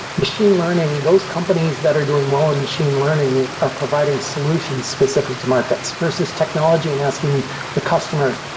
machine learning, those companies that are doing well in machine learning are providing solutions specific to markets, versus technology and asking the customer,